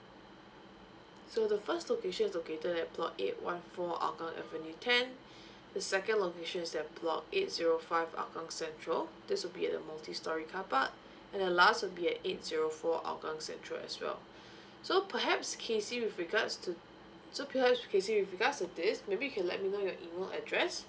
so the first location is located at block eight one four hougang avenue ten the second location is at block eight zero five hougang central this will be a multi storey car park and the last will be at eight zero four hougang central as well so perhaps kesy with regards to so perhaps kesy with regards to this maybe you can let me know your email address